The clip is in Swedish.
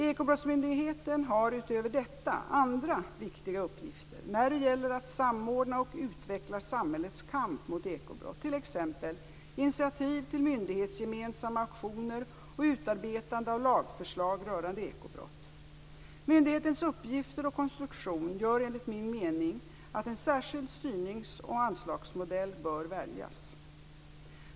Ekobrottsmyndigheten har utöver detta andra viktiga uppgifter när det gäller att samordna och utveckla samhällets kamp mot ekobrott, t.ex. initiativ till myndighetsgemensamma aktioner och utarbetande av lagförslag rörande ekobrott. Myndighetens uppgifter och konstruktion gör enligt min mening att en särskild styrnings och anslagsmodell bör väljas.